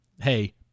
Hey